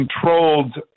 controlled